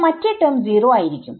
മറ്റേ ടെർമ് 0 ആയിരിക്കും